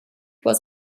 was